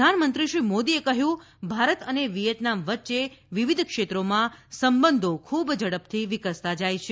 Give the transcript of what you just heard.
પ્રધાનંમંત્રીશ્રી મોદીએ કહ્યું કે ભારત અને વિચેતનામ વચ્ચે વિવિધ ક્ષેત્રોમાં સંબંધો ખૂબ ઝડપથી વિકસતા જાય છે